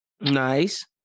Nice